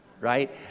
right